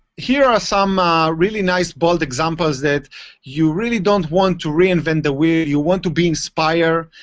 here are some really nice bold examples, that you really don't want to reinvent the wheel. you want to be inspire.